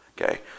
okay